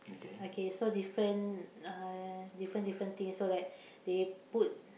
okay so different uh different different thing so like they put